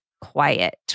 quiet